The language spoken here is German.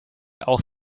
auch